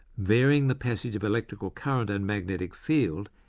varying the passage of electrical current and magnetic field,